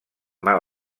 mal